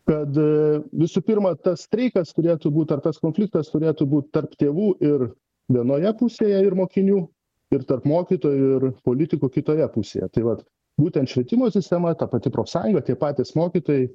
kad visų pirma tas streikas turėtų būt ar tas konfliktas turėtų būt tarp tėvų ir vienoje pusėje ir mokinių ir tarp mokytojų ir politikų kitoje pusėje tai vat būtent švietimo sistema ta pati profsąjunga tie patys mokytojai